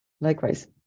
Likewise